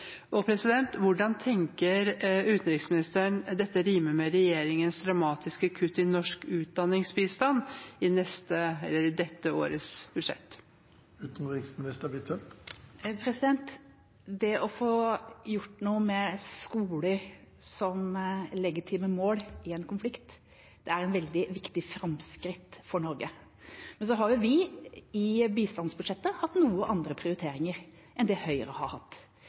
Hvordan tenker utenriksministeren dette rimer med regjeringens dramatiske kutt i norsk utdanningsbistand i dette årets budsjett? Det å få gjort noe med skoler som legitime mål i en konflikt er et veldig viktig framskritt for Norge. Men vi har i bistandsbudsjettet hatt noen andre prioriteringer enn det Høyre har hatt.